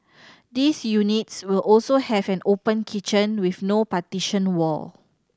these units will also have an open kitchen with no partition wall